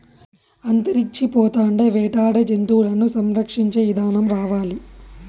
అంతరించిపోతాండే వేటాడే జంతువులను సంరక్షించే ఇదానం రావాలి